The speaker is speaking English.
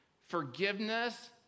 Forgiveness